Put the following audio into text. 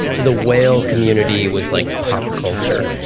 the whale community was like pop culture,